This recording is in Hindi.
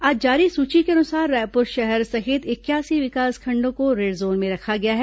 आज जारी सूची के अनुसार रायपुर शहर सहित इक्यासी विकासखंडों को रेड जोन में रखा गया है